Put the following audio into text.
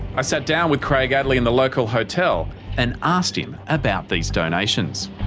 i sat down with craig addley in the local hotel and asked him about these donations.